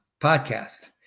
podcast